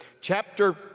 Chapter